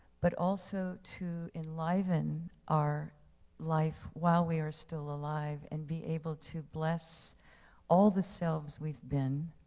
but also to enliven our life while we are still alive and be able to bless all the selves we've been